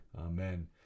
amen